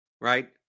right